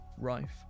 rife